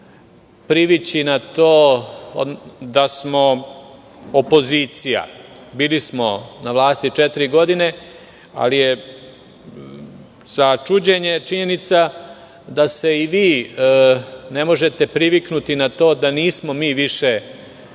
privići na to da smo opozicija. Bili smo na vlasti četiri godine, ali je za čuđenje činjenica i vi ne možete priviknuti na to da nismo mi više vlast,